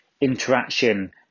interaction